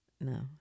No